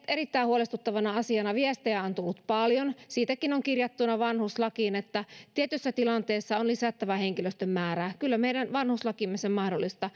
erittäin huolestuttavana asiana viestejä on tullut paljon siitäkin on kirjattuna vanhuslakiin että tietyssä tilanteessa on lisättävä henkilöstön määrää kyllä meidän vanhuslakimme sen